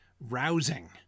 rousing